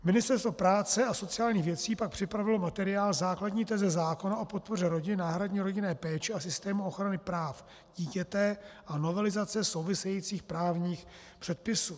Ministerstvo práce a sociálních věcí pak připravilo materiál Základní teze zákona o podpoře rodin, náhradní rodinné péči a systému ochrany práv dítěte a novelizace souvisejících právních předpisů.